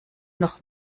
noch